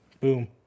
Boom